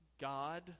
God